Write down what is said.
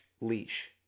leash